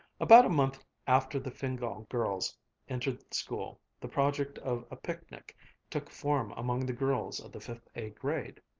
about a month after the fingal girls entered school, the project of a picnic took form among the girls of the fifth a grade.